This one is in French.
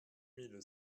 mille